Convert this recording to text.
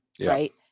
Right